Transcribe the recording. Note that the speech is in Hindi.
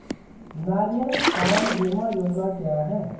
नारियल पाम बीमा योजना क्या है?